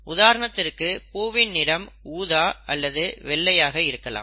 உதாரணத்திற்கு பூவின் நிறம் ஊதா அல்லது வெள்ளையாக இருக்கலாம்